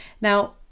now